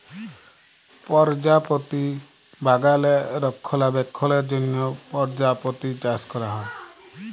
পরজাপতি বাগালে রক্ষলাবেক্ষলের জ্যনহ পরজাপতি চাষ ক্যরা হ্যয়